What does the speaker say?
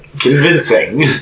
Convincing